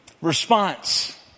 response